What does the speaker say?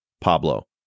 Pablo